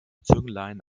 zünglein